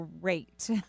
great